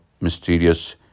mysterious